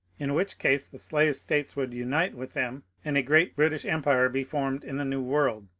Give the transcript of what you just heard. in which case the slave states would unite with them, and a great british empire be formed in the new world.